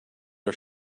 are